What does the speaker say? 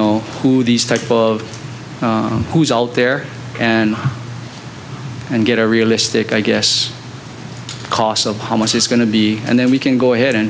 know who these type of who's out there and and get a realistic i guess cost of how much it's going to be and then we can go ahead and